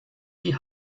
die